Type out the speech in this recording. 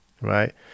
right